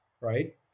right